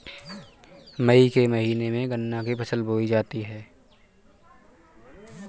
मई के महीने में गन्ना की फसल बोई जाती है